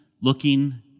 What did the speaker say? looking